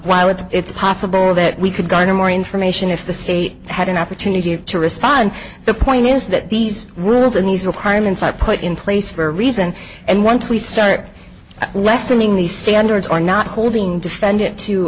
e it's possible that we could garner more information if the state had an opportunity to respond the point is that these rules and these requirements are put in place for a reason and once we start lessening these standards are not holding defend